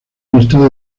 estado